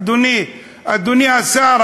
אדוני השר,